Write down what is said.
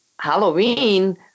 Halloween